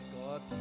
God